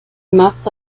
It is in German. masse